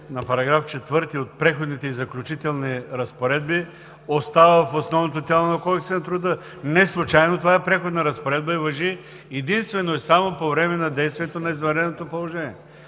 на § 4 от Преходните и заключителните разпоредби остава в основното тяло на Кодекса на труда. Неслучайно това е преходна разпоредба и важи единствено и само по време на действието на извънредното положение.